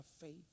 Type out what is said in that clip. faith